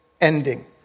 ending